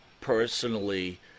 personally